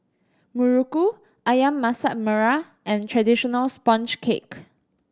muruku Ayam Masak Merah and traditional sponge cake